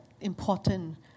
important